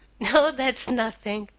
oh, that's nothing!